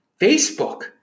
Facebook